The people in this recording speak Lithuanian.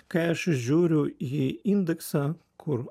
kai aš žiūriu į indeksą kur